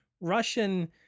Russian